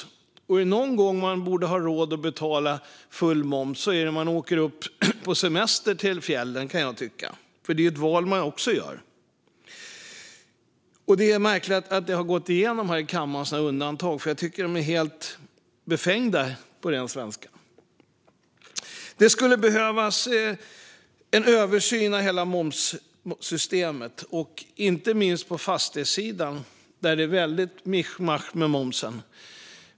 Är det någon gång man borde ha råd att betala full moms är det väl när man åker upp till fjällen på semester, kan jag tycka. Det är ju också ett val man gör. Det är märkligt att sådana här undantag har gått igenom här i kammaren. Jag tycker att de är helt befängda, på ren svenska. Det skulle behövas en översyn av hela momssystemet - inte minst på fastighetssidan, där det är ett väldigt mischmasch med momsen.